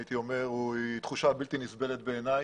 בעיניי זו תחושה בלתי נסבלת.